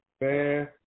man